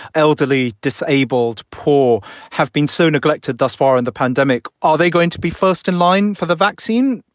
elderly, disabled, poor, have been so neglected thus far in the pandemic, are they going to be first in line for the vaccine?